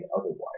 otherwise